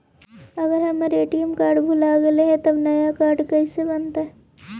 अगर हमर ATM card भुला गैलै हे तब नया काड कइसे बनतै?